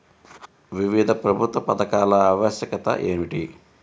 వివిధ ప్రభుత్వ పథకాల ఆవశ్యకత ఏమిటీ?